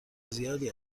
زیادی